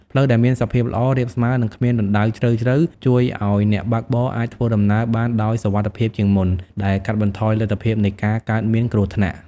ផ្លូវដែលមានសភាពល្អ រាបស្មើ និងគ្មានរណ្តៅជ្រៅៗ ជួយឲ្យអ្នកបើកបរអាចធ្វើដំណើរបានដោយសុវត្ថិភាពជាងមុន ដែលកាត់បន្ថយលទ្ធភាពនៃការកើតមានគ្រោះថ្នាក់។